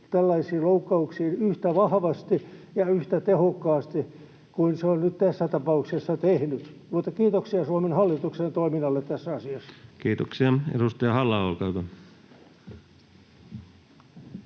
tällaisiin loukkauksiin yhtä vahvasti ja yhtä tehokkaasti kuin se on nyt tässä tapauksessa tehnyt. Mutta kiitoksia Suomen hallituksen toiminnalle tässä asiassa. [Speech 5] Speaker: